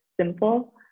simple